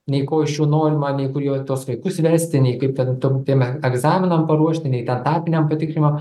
nei ko iš jų norima nei kur juos tuos vaikus vesti nei kaip ten tum tiem egzaminam paruošti nei tam tarpiniam patikimam